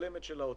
האוצר.